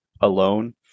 alone